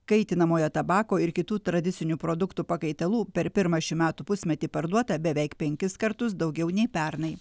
kaitinamojo tabako ir kitų tradicinių produktų pakaitalų per pirmą šių metų pusmetį parduota beveik penkis kartus daugiau nei pernai